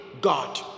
God